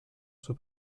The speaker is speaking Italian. sua